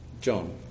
John